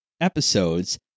episodes